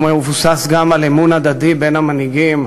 הוא מבוסס גם על אמון הדדי בין המנהיגים,